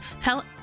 tell-